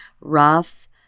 rough